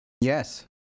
Yes